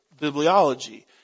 bibliology